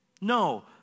No